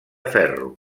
ferro